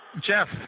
Jeff